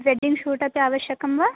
wedding shoot अपि आवश्यकं वा